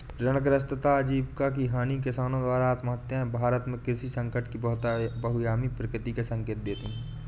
ऋणग्रस्तता आजीविका की हानि किसानों द्वारा आत्महत्याएं भारत में कृषि संकट की बहुआयामी प्रकृति का संकेत देती है